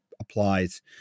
applies